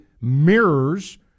mirrors –